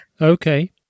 Okay